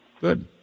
Good